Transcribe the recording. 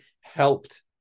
helped